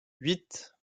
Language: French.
huit